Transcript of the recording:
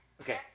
Okay